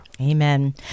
Amen